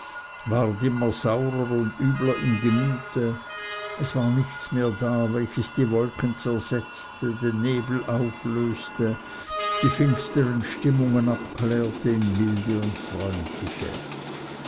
saurer und übler im gemüte es war nichts mehr da welches die wolken zersetzte den nebel auflöste die finstern stimmungen abklärte in milde und freundliche